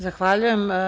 Zahvaljujem.